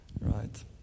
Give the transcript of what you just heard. right